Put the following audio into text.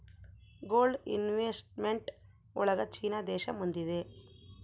gold investment ಒಳಗ China ದೇಶ ಮುಂದಿದೆ